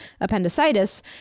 appendicitis